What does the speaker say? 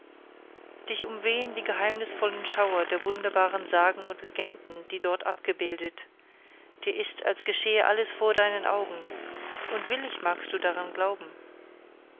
dich umwehen die geheimnisvollen schauer der wunderbaren sagen und legenden die dort abgebildet dir ist als geschähe alles vor deinen augen und willig magst du daran glauben